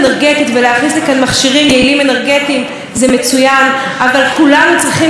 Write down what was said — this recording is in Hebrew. אבל כולנו צריכים לדבר על מעבר הרבה הרבה יותר מהיר לאנרגיה נקייה,